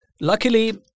Luckily